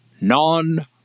non